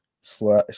slash